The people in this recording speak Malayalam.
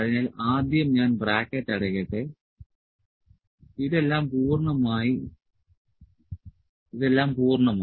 അതിനാൽ ആദ്യം ഞാൻ ബ്രാക്കറ്റ് അടയ്ക്കട്ടെ ഇതെല്ലാം പൂർണ്ണമായി